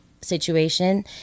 situation